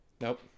Nope